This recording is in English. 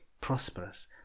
prosperous